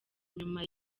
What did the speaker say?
inyuma